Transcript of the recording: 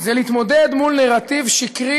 זה להתמודד מול נרטיב שקרי